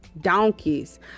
donkeys